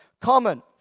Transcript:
common